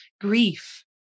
grief